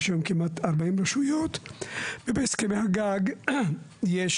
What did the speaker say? יש היום כמעט 40 רשויות ובהסכמי הגג יש